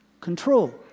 control